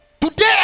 today